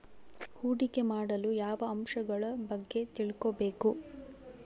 ಹೂಡಿಕೆ ಮಾಡಲು ಯಾವ ಅಂಶಗಳ ಬಗ್ಗೆ ತಿಳ್ಕೊಬೇಕು?